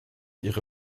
ihre